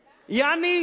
יעני,